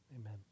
Amen